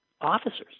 officers